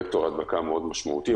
וקטור הדבקה מאוד משמעותי.